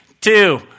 two